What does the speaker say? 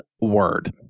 word